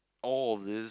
all of this